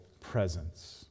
presence